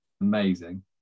amazing